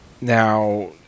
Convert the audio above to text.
Now